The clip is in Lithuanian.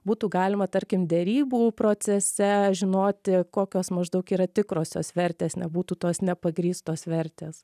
būtų galima tarkim derybų procese žinoti kokios maždaug yra tikrosios vertės nebūtų tos nepagrįstos vertės